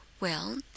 Well